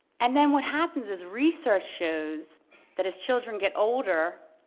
and then what happens is research shows that as children get older,